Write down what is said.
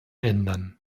ändern